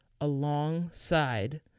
alongside